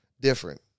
Different